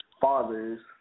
fathers